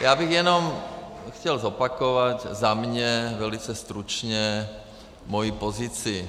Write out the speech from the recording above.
Já bych jenom chtěl zopakovat za mě velice stručně moji pozici: